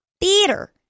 Theater